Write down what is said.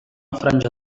franja